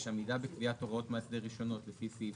עמידה בקביעת הוראות מאסדר רישיונות לפי סעיף